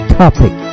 topic